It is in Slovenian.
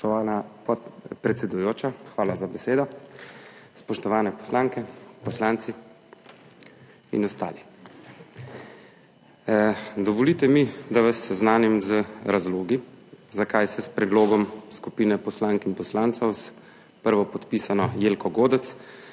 hvala za besedo. Spoštovane poslanke, poslanci in ostali! Dovolite mi, da vas seznanim z razlogi, zakaj se s predlogom skupine poslank in poslancev s prvopodpisano Jelko Godec,